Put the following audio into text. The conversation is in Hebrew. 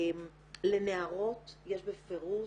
לנערות יש בפירוש,